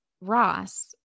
Ross